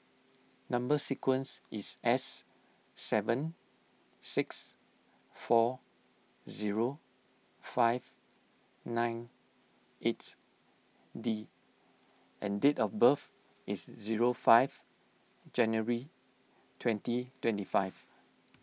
Number Sequence is S seven six four zero five nine eight D and date of birth is zero five January twenty twenty five